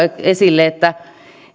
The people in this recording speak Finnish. esille että